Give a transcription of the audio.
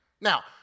Now